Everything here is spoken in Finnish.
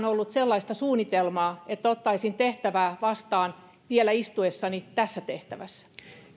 ollut sellaista suunnitelmaa että ottaisin tehtävän vastaan vielä istuessani tässä tehtävässä